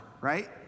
right